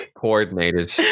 coordinated